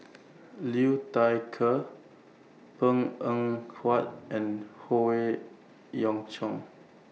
Liu Thai Ker Png Eng Huat and Howe Yoon Chong